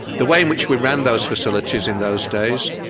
the way in which we ran those facilities in those days,